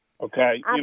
Okay